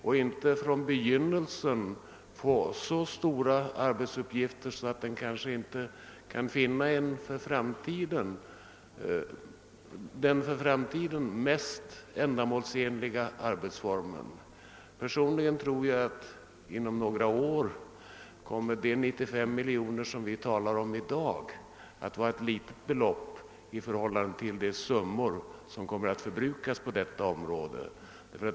Man skall inte ge den för stora arbetsuppgifter i början, så att den kanske inte kan finna den för framtiden mest ändamålsenliga arbetsformen. Inom några år kommer troligen de 95 miljoner kronor som vi i dag talar om att vara ett litet belopp i förhållande till de summor som kommer att förbrukas på detta område.